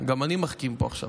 גם אני מחכים פה עכשיו.